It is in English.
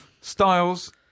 Styles